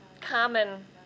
common